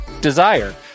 Desire